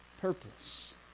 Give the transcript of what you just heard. purpose